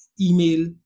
email